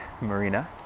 Marina